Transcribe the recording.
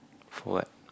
for what